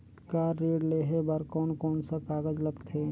Car ऋण लेहे बार कोन कोन सा कागज़ लगथे?